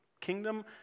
kingdom